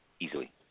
Easily